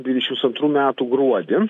dvidešims antrų metų gruodį